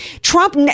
Trump